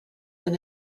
than